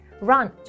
run